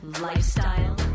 lifestyle